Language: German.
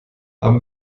haben